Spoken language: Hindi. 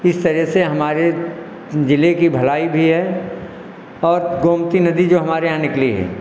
इस तरह से हमारे जिले की भलाई भी है और गोमती नदी जो हमारे यहाँ निकली है